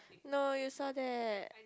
no you saw that